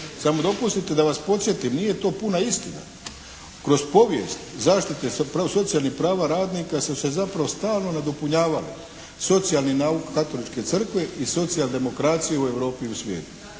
Samo dopustite da vas podsjetim, nije to puna istina. Kroz povijest zaštite socijalnih prava radnika su se zapravo stalno nadopunjavale socijalni nauk katoličke crkve i socijaldemokracije u Europi i u svijetu